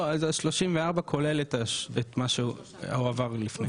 לא, 34 כולל את מה שהועבר לפני.